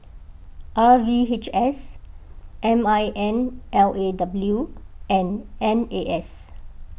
R V H S M I N L A W and N A S